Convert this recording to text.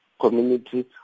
community